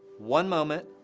one moment,